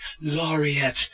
laureate